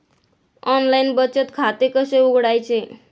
Online बचत खाते कसे उघडायचे?